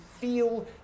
feel